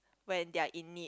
when they are in need